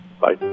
Bye